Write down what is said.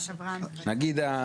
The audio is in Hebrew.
נגיד,